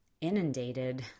inundated